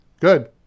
Good